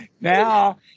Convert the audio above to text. now